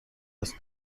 است